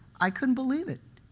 i couldn't believe it.